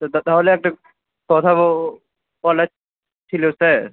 সেটা তাহলে একটা কথা বলার ছিলো স্যার